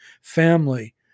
family